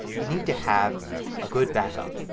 you need to have a good backup.